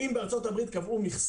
אנא תעבירי את זה לממונים